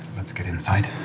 let's get inside.